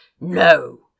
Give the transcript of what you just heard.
No